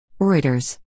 Reuters